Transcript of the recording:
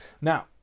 Now